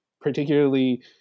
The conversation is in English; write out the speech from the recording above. particularly